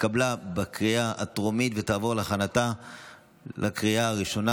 התקבלה בקריאה הטרומית ותעבור להכנה לקריאה הראשונה